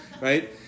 right